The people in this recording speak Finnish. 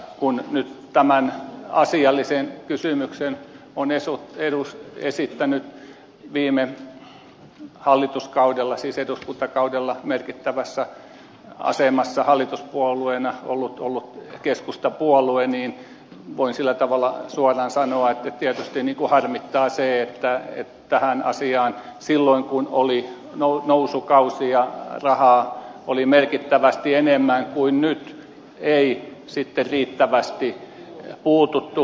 kun nyt tämän asiallisen kysymyksen on esittänyt viime eduskuntakaudella merkittävässä asemassa hallituspuolueena ollut keskustapuolue niin voin sillä tavalla suoraan sanoa että tietysti harmittaa se että tähän asiaan silloin kun oli nousukausi ja rahaa oli merkittävästi enemmän kuin nyt ei sitten riittävästi puututtu